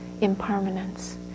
impermanence